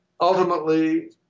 ultimately